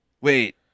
wait